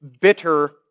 bitter